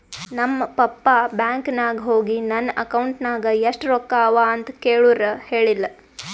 ನಮ್ ಪಪ್ಪಾ ಬ್ಯಾಂಕ್ ನಾಗ್ ಹೋಗಿ ನನ್ ಅಕೌಂಟ್ ನಾಗ್ ಎಷ್ಟ ರೊಕ್ಕಾ ಅವಾ ಅಂತ್ ಕೇಳುರ್ ಹೇಳಿಲ್ಲ